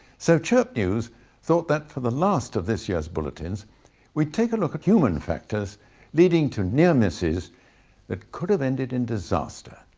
so chirp news thought that for the last of this year's bulletins we take a look at human factors leading to near misses that could have ended in disaster.